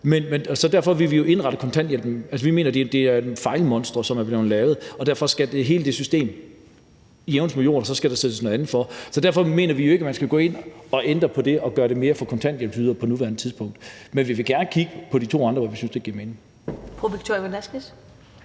der. Så vi vil indrette det på en anden måde. Vi mener, det er en fejl; et monster , som er blevet lavet, og derfor skal hele det system jævnes med jorden, og så skal der sættes noget andet i stedet for. Så derfor mener vi jo ikke, at man skal gå ind og ændre på det og gøre det bedre for kontanthjælpsmodtagere på nuværende tidspunkt. Men vi vil gerne kigge på de to andre ting, hvor vi synes det giver mening.